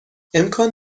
امکان